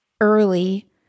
early